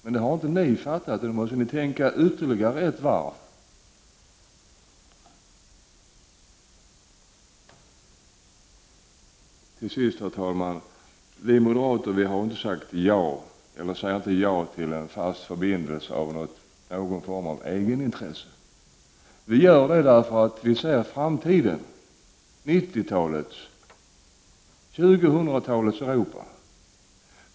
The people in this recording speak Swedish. Men det har ni inte fattat utan måste tänka ytterligare ett varv. Vi moderater säger inte ja till en fast förbindelse av egenintresse. Vi gör det därför att vi ser framtiden — 1990-talets och 2000-talets Europa.